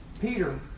Peter